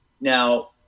Now